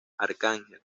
arcángel